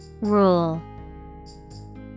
Rule